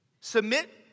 Submit